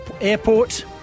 Airport